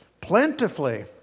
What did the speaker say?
Plentifully